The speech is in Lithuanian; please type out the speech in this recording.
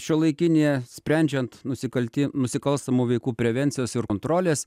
šiuolaikinė sprendžiant nusikalti nusikalstamų veikų prevencijos ir kontrolės